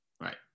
Right